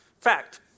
fact